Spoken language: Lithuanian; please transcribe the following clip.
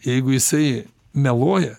jeigu jisai meluoja